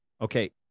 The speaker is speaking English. Okay